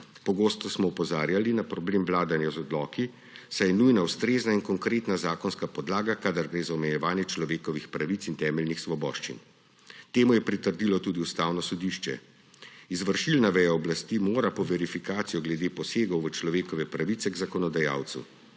Pogosto smo opozarjali na problem vladanja z odloki, saj je nujna ustrezna in konkretna zakonska podlaga, kadar gre za omejevanje človekovih pravic in temeljnih svoboščin. Temu je pritrdilo tudi Ustavno sodišče. Izvršilna veja oblasti mora po verifikacijo glede posegov v človekove pravice k zakonodajalcu.